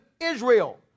Israel